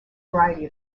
variety